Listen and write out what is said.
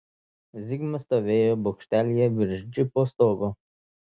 zigmas stovėjo bokštelyje virš džipo stogo